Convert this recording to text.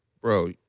bro